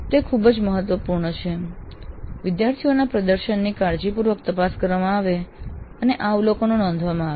તે ખૂબ જ મહત્વપૂર્ણ છે કે વિદ્યાર્થીઓના પ્રદર્શનની કાળજીપૂર્વક તપાસ કરવામાં આવે અને આ અવલોકનો નોંધવામાં આવે